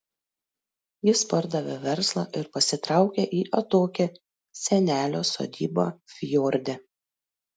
jis pardavė verslą ir pasitraukė į atokią senelio sodybą fjorde